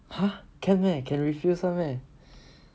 !huh! can meh can refuse [one] meh